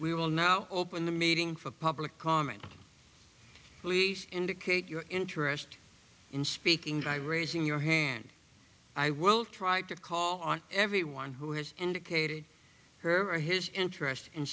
we will now open the meeting for public comment please indicate your interest in speaking by raising your hand i will try to call on everyone who has indicated her or his interest in